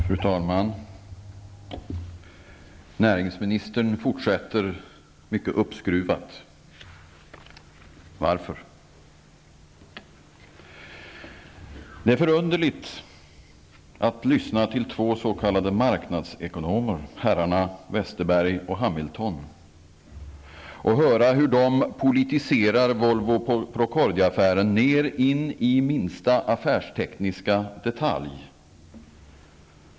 Fru talman! Näringsministern fortsätter mycket uppskruvat. Varför? Det är förunderligt att lyssna till två s.k. Hamilton, och höra hur de politiserar Volvo-- Procordia-affären in i minsta affärstekniska detalj.